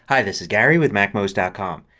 hi, this is gary with macmost ah com.